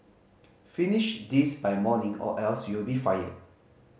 finish this by morning or else you'll be fired